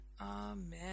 Amen